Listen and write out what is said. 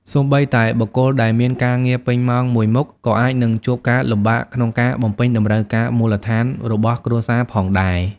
សូម្បីតែបុគ្គលដែលមានការងារពេញម៉ោងមួយមុខ ក៏អាចនឹងជួបការលំបាកក្នុងការបំពេញតម្រូវការមូលដ្ឋានរបស់គ្រួសារផងដែរ។